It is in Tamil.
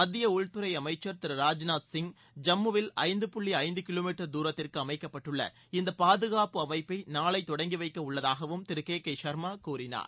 மத்திய உள்துறை அமைச்சர் திரு ராஜ்நாத்சிங் ஜம்முவில் ஐந்து புள்ளி ஐந்து கிலோ மீட்டர் தூரத்திற்கு அமைக்கப்பட்டுள்ள இந்த தொடங்கி உள்ளதாகவும் திரு கே கே ஷர்மா கூறினார்